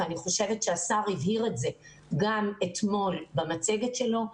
ואני חושבת שהשר הבהיר את זה גם אתמול במצגת שלו,